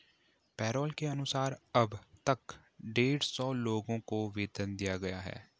payroll के अनुसार अब तक डेढ़ सौ लोगों को वेतन दिया गया है